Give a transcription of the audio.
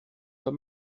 pas